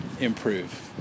improve